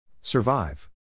Survive